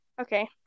Okay